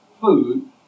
food